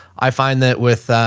i find that with,